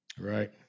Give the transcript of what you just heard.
Right